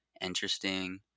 interesting